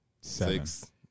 Six